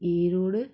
Erode